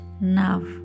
now